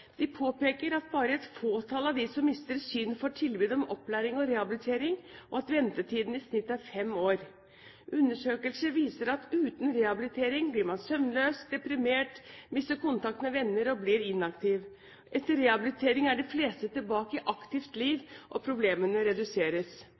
De påpeker at bare et fåtall av dem som mister synet, får tilbud om opplæring og rehabilitering, og at ventetiden i snitt er fem år. Undersøkelser viser at uten rehabilitering blir man søvnløs og deprimert, mister kontakten med venner og blir inaktiv. Etter rehabilitering er de fleste tilbake i et aktivt liv,